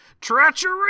treachery